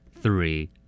Three